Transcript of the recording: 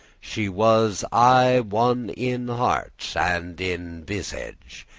she was aye one in heart and in visage,